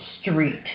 street